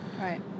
Right